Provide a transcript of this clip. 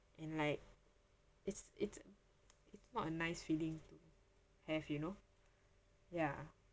and like it's it's it's not a nice feeling to have you know ya